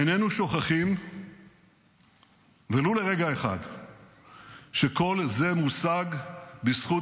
איננו שוכחים ולו לרגע אחד שכל זה מושג בזכות